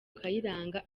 kayiranga